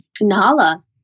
nala